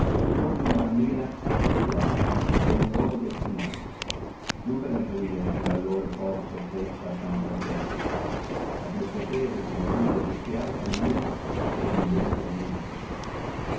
pongono la mira assai più alta che il loco destinato non per aggiugnere con la loro freccia a tanta altezza ma per potere con lo aiuto di sí alta mira pervenire al disegno loro